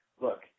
Look